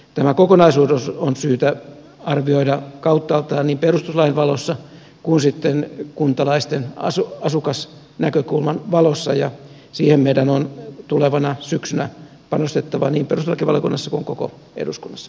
tämä kokonaisuus on syytä arvioida kauttaaltaan niin perustuslain valossa kuin sitten kuntalaisten asukasnäkökulman valossa ja siihen meidän on tulevana syksynä panostettava niin perustuslakivaliokunnassa kuin koko eduskunnassa